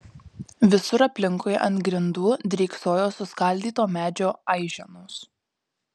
visur aplinkui ant grindų dryksojo suskaldyto medžio aiženos